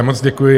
Moc děkuji.